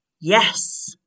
Yes